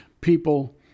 people